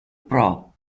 pro